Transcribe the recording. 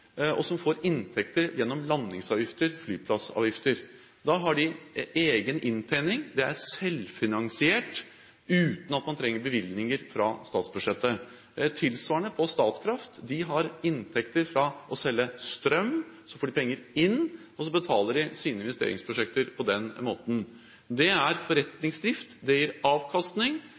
og som får inntekter gjennom landingsavgifter og flyplassavgifter. De har da egen inntjening og er selvfinansiert uten at man trenger bevilgninger fra statsbudsjettet. Tilsvarende er det for Statkraft. De har inntekter fra å selge strøm, så får de penger inn, og så betaler de sine investeringsprosjekter på den måten. Det er forretningsdrift, det gir avkastning,